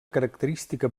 característica